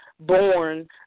born